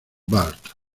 bart